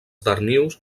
darnius